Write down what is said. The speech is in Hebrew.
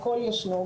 הכול ישנו,